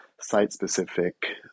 site-specific